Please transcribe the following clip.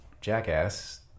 jackass